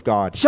God